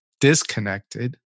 disconnected